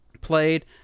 played